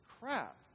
crap